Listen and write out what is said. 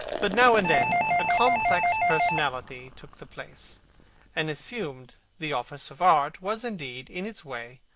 but now and then a complex personality took the place and assumed the office of art, was indeed, in its way,